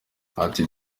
ati